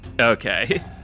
Okay